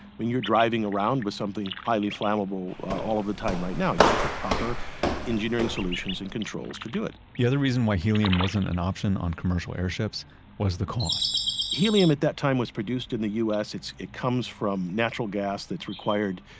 when you're driving around with something highly flammable all of the time right now you get the proper engineering solutions and controls to do it the other reason why helium wasn't an option on commercial airships was the cost helium at that time was produced in the u s. it comes from natural gas that's required,